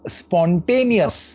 spontaneous